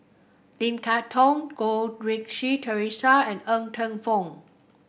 Lim Kay Tong Goh Rui Si Theresa and Ng Teng Fong